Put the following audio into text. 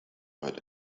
but